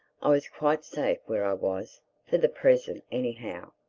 i was quite safe where i was for the present anyhow.